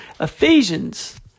Ephesians